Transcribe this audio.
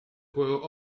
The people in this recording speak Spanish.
juego